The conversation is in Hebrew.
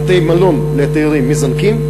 המחירים לתיירים בבתי-מלון מזנקים,